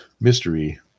mystery